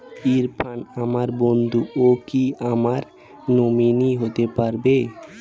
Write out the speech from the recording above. ইরফান আমার বন্ধু ও কি আমার নমিনি হতে পারবে?